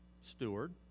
steward